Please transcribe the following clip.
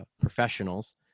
professionals